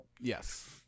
Yes